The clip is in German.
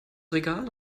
regal